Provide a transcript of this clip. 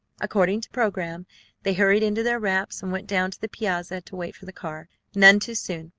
according to programme they hurried into their wraps, and went down to the piazza, to wait for the car. none too soon,